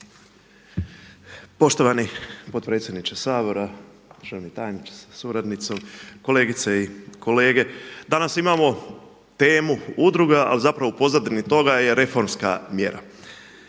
Poštovani potpredsjedniče Sabora, poštovani tajniče sa suradnicom, kolegice i kolege. Danas imamo temu udruga ali zapravo u pozadini toga je reformska mjera.